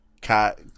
cat